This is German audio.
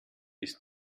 ist